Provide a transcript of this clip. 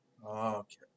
Okay